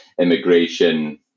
immigration